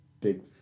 Big